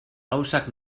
gauzak